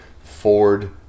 Ford